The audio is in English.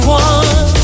one